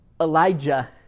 Elijah